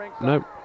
Nope